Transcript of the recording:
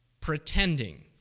Pretending